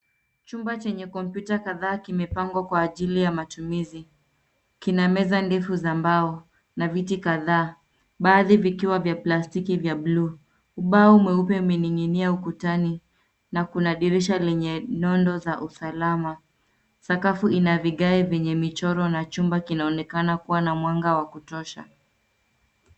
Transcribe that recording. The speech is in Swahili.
Chumba chenye kompyuta kadhaa kimepangwa kwa ajili ya matumizi. Kina meza ndefu za mbao na viti kadhaa, baadhi vikiwa vya plastiki vya buluu. Ubao mweupe umening'inia ukutani na kuna dirisha lenye nondo za usalama. Sakafu ina vigae vyenye michoro na chumba kinaonekana kuwa na mwanga wa kutosha.